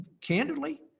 candidly